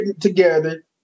together